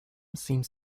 seems